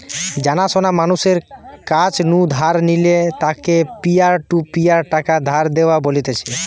জানা শোনা মানুষের কাছ নু ধার নিলে তাকে পিয়ার টু পিয়ার টাকা ধার দেওয়া বলতিছে